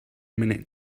minute